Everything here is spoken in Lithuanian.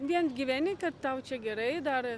vien gyveni kad tau čia gerai dar